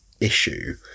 issue